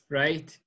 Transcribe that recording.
right